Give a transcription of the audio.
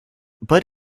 but